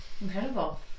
incredible